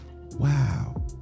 Wow